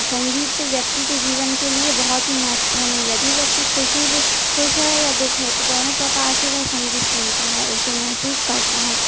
संगीत व्यक्ति के जीवन के लिए बहुत ही महत्वपूर्ण है यदि व्यक्ति खुसी खुश है या दुःख है दोनों प्रकार से वह संगीत सुनता है उसे महसूस करता है